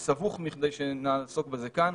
זה סבוך מכדי שנעסוק בזה כאן.